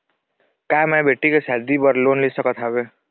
का मैं बेटी के शादी बर लोन ले सकत हावे?